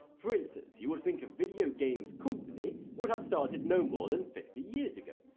for instance, you would think a video games company would have started no more than fifty years ago,